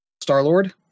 Star-Lord